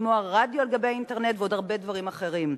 לשמוע רדיו על גבי האינטרנט ועוד הרבה דברים אחרים.